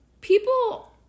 People